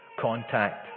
contact